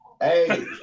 Hey